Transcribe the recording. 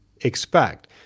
expect